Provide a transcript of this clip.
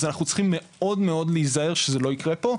אז אנחנו צריכים מאוד מאוד להיזהר שזה לא ייקרה פה,